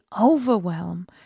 overwhelm